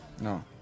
No